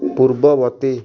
ପୂର୍ବବର୍ତ୍ତୀ